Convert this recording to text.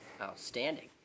Outstanding